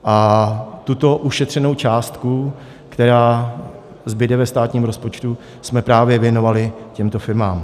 A tuto ušetřenou částku, která zbude ve státním rozpočtu, jsme právě věnovali těmto firmám.